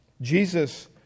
Jesus